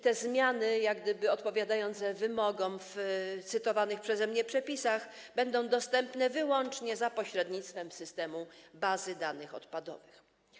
Te zmiany, odpowiadające wymogom w cytowanych przeze mnie przepisach, będą dostępne wyłącznie za pośrednictwem systemu bazy danych odpadowych.